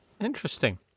Interesting